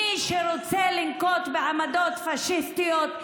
מי שרוצה לנקוט עמדות פשיסטיות,